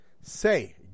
Say